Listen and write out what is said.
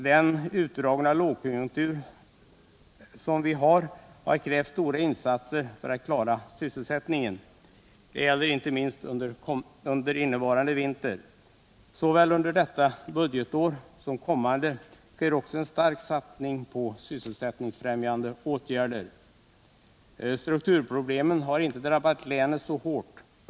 Den utdragna lågkonjunktur som vi har kräver stora insatser för att klara sysselsättningen, inte minst under innevarande vinter. Såväl under detta budgetår som kommande sker också en stark satsning på sysselsättningsfrämjande åtgärder. Strukturproblemen har inte drabbat länet så hårt.